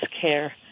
care